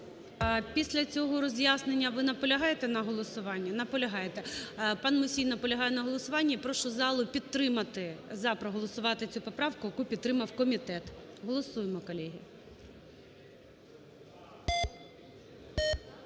Після цього роз'яснення ви наполягаєте на голосуванні? Наполягаєте. Пан Мусій наполягає на голосуванні. Прошу зал підтримати за, проголосувати цю поправку, яку підтримав комітет. Голосуємо, колеги.